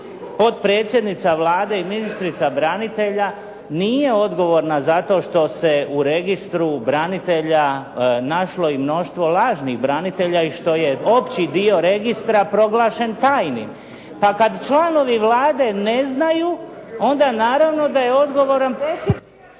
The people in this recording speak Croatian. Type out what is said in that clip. Potpredsjednica Vlade i ministrica branitelja nije odgovorna zato što se u registru branitelja našlo i mnoštvo lažnih branitelja i što je opći dio registra proglašen tajnim. Pa kada članovi Vlade ne znaju, onda naravno da je odgovoran